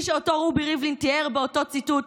שאותו רובי ריבלין תיאר באותו ציטוט,